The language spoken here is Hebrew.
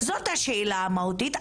זאת השאלה המהותית.